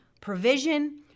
provision